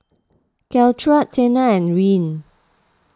Caltrate Tena and Rene